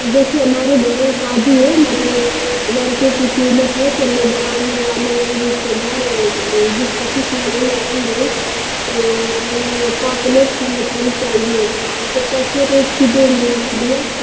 जैसे हमारे घर में शादी है हमारे लड़के की तिलक है तो लोग आने आने वो रिश्तेदार बीस पच्चीस लोग ही आएँगे तो हमें सौ प्लेट की मछली चाहिए तो कैसे रेट की देंगे मछलियाँ